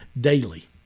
daily